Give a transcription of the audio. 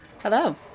Hello